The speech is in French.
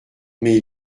mais